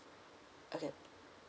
okay